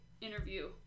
interview